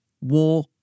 war